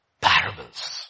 parables